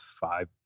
five